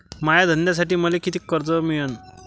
माया धंद्यासाठी मले कितीक कर्ज मिळनं?